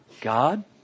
God